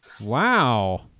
Wow